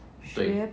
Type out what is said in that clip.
学